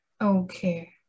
Okay